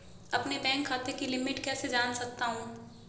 अपने बैंक खाते की लिमिट कैसे जान सकता हूं?